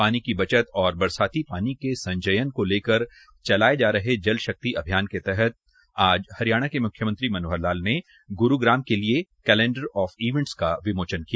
पानी की बचत और बरसाती पानी के संचयन को लेकर चलाए जा रहे जल शक्ति अभियान के तहत आज हरियाणा के मुख्यमंत्री श्री मनोहर लाल ने गुरुग्राम के लिए कैलेंडर आफ इंवेटस का विमोचन किया